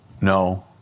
no